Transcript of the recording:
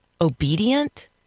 obedient